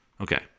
Okay